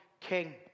king